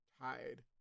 tide